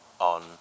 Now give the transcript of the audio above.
on